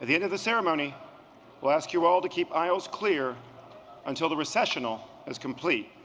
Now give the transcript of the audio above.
at the end of the ceremony we'll ask you all to keep aisles clear until the recessional is complete.